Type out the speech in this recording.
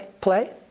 play